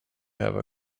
have